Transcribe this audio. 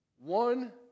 one